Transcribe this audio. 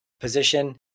position